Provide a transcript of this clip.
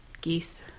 geese